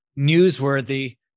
newsworthy